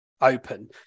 open